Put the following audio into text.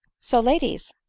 so, ladies!